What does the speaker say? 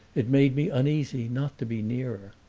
it made me uneasy not to be nearer,